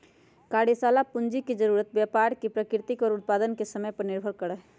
कार्यशाला पूंजी के जरूरत व्यापार के प्रकृति और उत्पादन के समय पर निर्भर करा हई